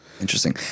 Interesting